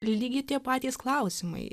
lygiai tie patys klausimai